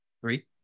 Three